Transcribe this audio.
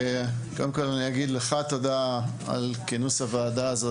תודה לך על כינוס הוועדה הזו,